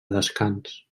descans